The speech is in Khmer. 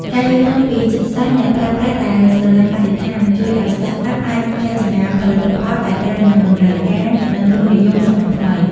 ការយល់ដឹងពីចិត្តសាស្ត្រអ្នកប្រើប្រាស់ដែលស្រឡាញ់បរិស្ថាន ជួយឱ្យ Startup អាចរចនាផលិតផលដែលត្រូវនឹងតម្រូវការ និងរសនិយមសម័យថ្មី។